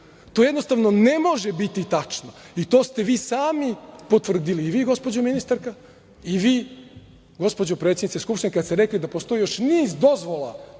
To jednostavno ne može biti tačno i to ste vi sami potvrdili, i vi gospođo ministarka i vi gospođo predsednice Skupštine kada ste rekli da postoji još niz dozvola